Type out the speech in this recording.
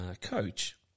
coach